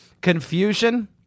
confusion